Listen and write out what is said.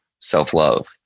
self-love